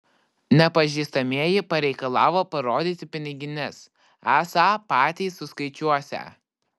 nepažįstamieji pareikalavo parodyti pinigines esą patys suskaičiuosią